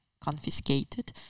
confiscated